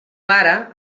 pare